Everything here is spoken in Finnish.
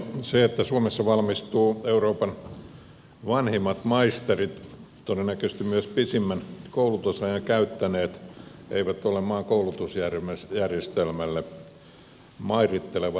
se että suomessa valmistuvat euroopan vanhimmat maisterit todennäköisesti myös pisimmän koulutusajan käyttäneet ei ole maan koulutusjärjestelmälle mairitteleva toteamus